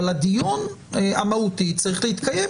הדיון המהותי צריך להתקיים.